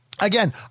Again